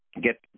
get